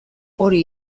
hori